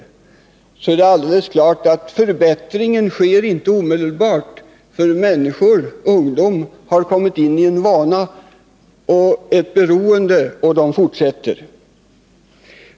har talat om mellanölet är det alldeles klart att minskningen av alkoholkonsumtionen inte sker omedelbart, eftersom ungdomar som har kommit in i ett beroende sedan fortsätter på samma sätt.